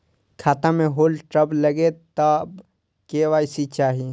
खाता में होल्ड सब लगे तब के.वाई.सी चाहि?